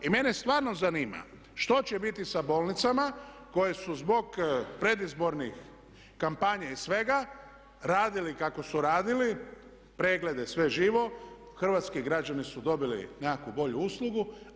I mene stvarno zanima što će biti sa bolnicama koje su zbog predizbornih kampanja i svega radili kako su radili, preglede, sve živo, hrvatski građani su dobili nekakvu bolju uslugu.